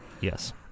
Yes